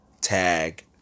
Tag